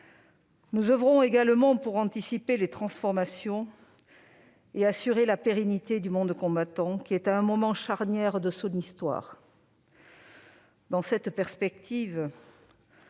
Nous oeuvrons également pour anticiper les transformations et assurer la pérennité du monde combattant, qui est à un moment charnière de son histoire. Dans cette perspective,